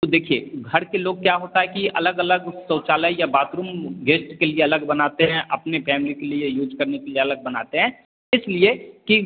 तो देखिए घर के लोग क्या होता है कि अलग अलग शौचालय या बाथरूम गेस्ट के लिए अलग बनाते हैं अपने फैमिली के लिए यूज करने के लिए अलग बनाते हैं इसलिए कि